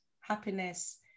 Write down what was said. happiness